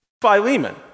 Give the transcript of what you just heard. Philemon